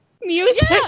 music